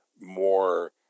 more